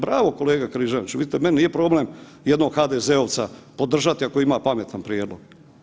Bravo kolega Križaniću, vidite meni nije problem jednog HDZ-ovca podržati ako ima pametan prijedlog.